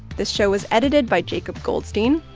this show is edited by jacob goldstein.